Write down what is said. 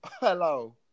Hello